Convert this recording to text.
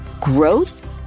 growth